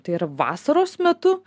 tai yra vasaros metu